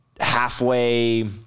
halfway